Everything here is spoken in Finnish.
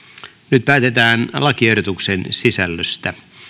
nyt päätetään lakiehdotuksen sisällöstä arvoisa